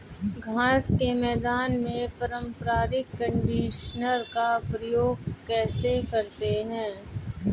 घास के मैदान में पारंपरिक कंडीशनर का प्रयोग कैसे करते हैं?